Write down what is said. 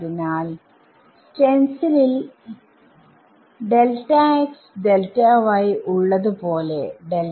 അതിനാൽ സ്റ്റെൻസിലിൽ ള്ളത് പോലെ